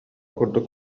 курдук